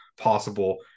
possible